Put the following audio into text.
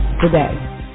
today